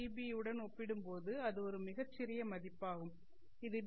பியுடன் ஒப்பிடும்போது அது ஒரு மிகச் சிறிய மதிப்பாகும் இது டி